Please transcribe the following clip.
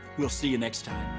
we'll see you next time.